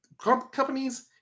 companies